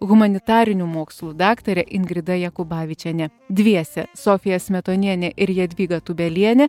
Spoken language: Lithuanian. humanitarinių mokslų daktarė ingrida jakubavičienė dviese sofija smetonienė ir jadvyga tūbelienė